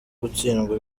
gutsindwa